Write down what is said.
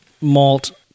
malt